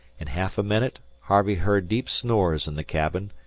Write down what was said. in half a minute harvey heard deep snores in the cabin,